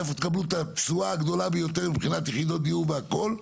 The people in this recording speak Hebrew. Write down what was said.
איפה תקבלו את התשואה הגדולה ביותר מבחינת יחידות דיור והכל,